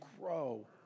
grow